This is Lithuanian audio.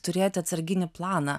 turėti atsarginį planą